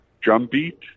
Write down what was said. Drumbeat